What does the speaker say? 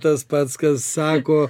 tas pats kas sako